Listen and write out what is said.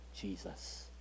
Jesus